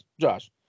Josh